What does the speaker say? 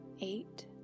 eight